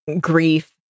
grief